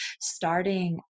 starting